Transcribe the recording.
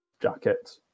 jacket